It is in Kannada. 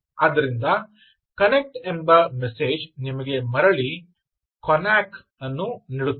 ಆದ್ದರಿಂದ 'ಕನೆಕ್ಟ್' ಎಂಬ ಮೆಸೇಜ್ ನಿಮಗೆ ಮರಳಿ ಕೊನಾಕ್ ಅನ್ನು ನೀಡುತ್ತದೆ